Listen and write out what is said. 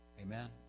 Amen